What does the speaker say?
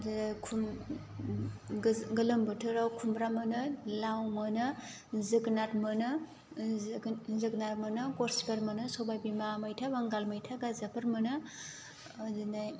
गोलोम बोथोराव खुमब्रा मोनो लाव मोनो जोगोनार मोनो जोगो जोगोनार मोनो गरसिफोर मोनो सबाय बिमा मैथा बांगाल मैथा गोजाफोर मोनो ओदिनो